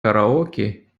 karaoke